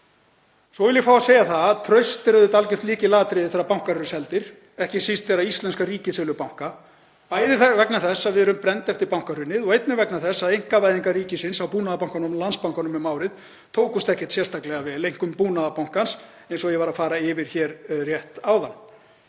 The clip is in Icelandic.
Svo vil ég fá að segja að traust er algjört lykilatriði þegar bankar eru seldir, ekki síst þegar íslenska ríkið selur banka, bæði vegna þess að við erum brennd eftir bankahrunið og einnig vegna þess að einkavæðingar ríkisins á Búnaðarbankanum og Landsbankanum um árið tókust ekkert sérstaklega vel, einkum einkavæðing Búnaðarbankans eins og ég fór yfir áðan.